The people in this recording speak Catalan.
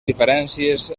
diferències